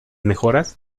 mejoras